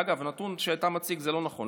אגב, הנתון שאתה מציג הוא לא נכון.